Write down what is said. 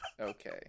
Okay